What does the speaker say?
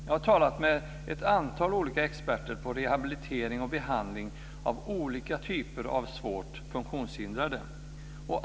Jag har talat med ett antal olika experter på rehabilitering och behandling av olika typer av svåra funktionshinder.